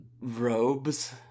robes